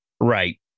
Right